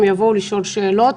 הם יבואו לשאול שאלות.